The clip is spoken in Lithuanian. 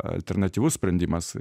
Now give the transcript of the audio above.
alternatyvus sprendimas